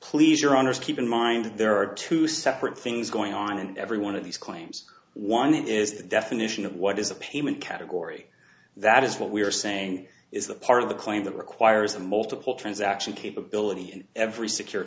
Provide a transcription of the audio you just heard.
please your honour's keep in mind there are two separate things going on in every one of these claims one is the definition of what is a payment category that is what we are saying is the part of the claim that requires a multiple transaction capability in every secure